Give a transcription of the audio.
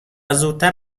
زودتر